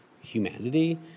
humanity